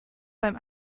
beim